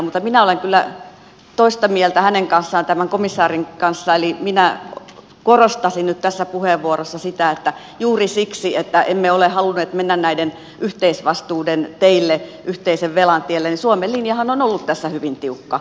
mutta minä olen kyllä toista mieltä hänen kanssaan tämän komissaarin kanssa eli minä korostaisin nyt tässä puheenvuorossa sitä että juuri siksi että emme ole halunneet mennä näiden yhteisvastuiden teille yhteisen velan tielle suomen linjahan on ollut tässä hyvin tiukka